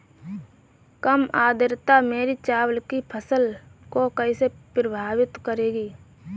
कम आर्द्रता मेरी चावल की फसल को कैसे प्रभावित करेगी?